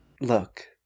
Look